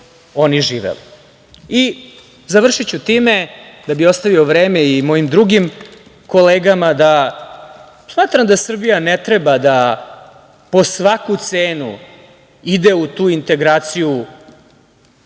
oni živeli. Završiću time da bih ostavio vreme i mojim drugim kolegama, smatram da Srbija ne treba da po svaku cenu ide u tu integraciju